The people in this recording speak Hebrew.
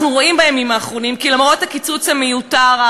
אנחנו רואים בימים האחרונים כי למרות הקיצוץ המיותר,